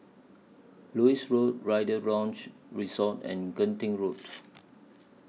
Lewis Road Rider's Lodge Resort and Genting Road